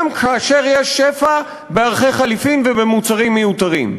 גם כאשר יש שפע בערכי חליפין ובמוצרים מיותרים.